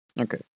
Okay